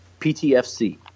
PTFC